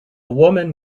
woman